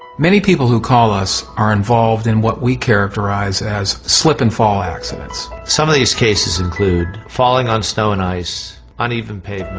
many people who call us are involved in what we characterise as as slip-and-fall accidents. some of these cases include falling on snow and ice, uneven pavements.